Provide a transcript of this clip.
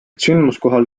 sündmuskohal